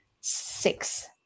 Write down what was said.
six